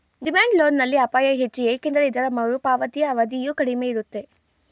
demand loan ನಲ್ಲಿ ಅಪಾಯ ಹೆಚ್ಚು ಏಕೆಂದರೆ ಇದರ ಮರುಪಾವತಿಯ ಅವಧಿಯು ಕಡಿಮೆ ಇರುತ್ತೆ